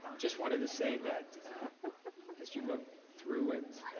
just wanted to say that as you look through it,